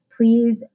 please